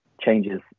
changes